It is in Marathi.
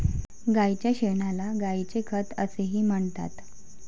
गायीच्या शेणाला गायीचे खत असेही म्हणतात